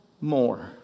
more